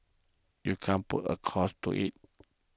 you can't put a cost to it